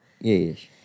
Yes